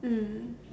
mm